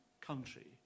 country